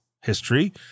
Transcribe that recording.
history